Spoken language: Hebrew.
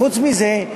חוץ מזה,